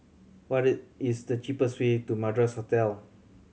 what is the cheapest way to Madras Hotel